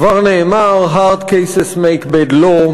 כבר נאמר: hard cases make bad laws,